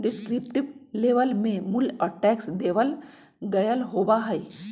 descriptive label में मूल्य और टैक्स देवल गयल होबा हई